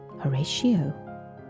Horatio